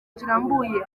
kirambuye